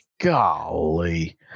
Golly